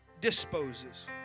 disposes